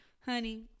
Honey